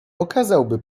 okazałby